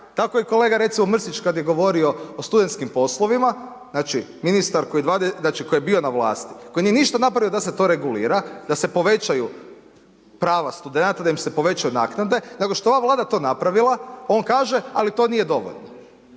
Tako i kolega Mrsić kad je govorio o studentskim poslovima, znači ministar koji je bio na vlasti, koji nije ništa napravio da se to regulira, da se povećaju prava studenata, da im se povećaju naknade, nego što je ova vlada to napravila, on kaže ali to nije dovoljno.